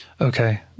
okay